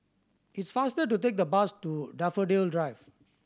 it's faster to take the bus to Daffodil Drive